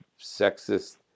sexist